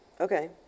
Okay